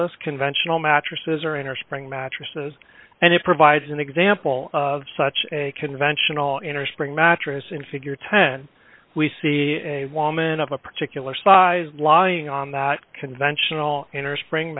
us conventional mattresses are innerspring mattresses and it provides an example of such a conventional innerspring mattress in figure ten we see a woman of a particular size lawyering on that conventional innerspring